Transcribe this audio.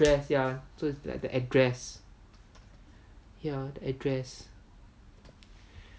address ya so like the address ya the address